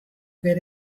get